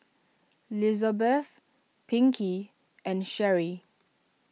Lizabeth Pinkey and Sherri